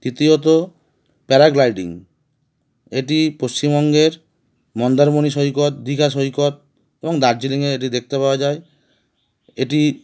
তৃতীয়ত প্যারাগ্লাইডিং এটি পশ্চিমবঙ্গের মন্দারমণি সৈকত দীঘা সৈকত এবং দার্জিলিংয়ে এটি দেখতে পাওয়া যায় এটি